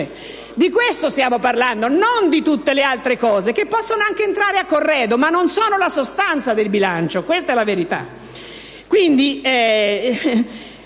Di questo stiamo parlando, non di tutte le altre questioni che possono anche entrare a corredo, ma non sono la sostanza del bilancio; questa è la verità.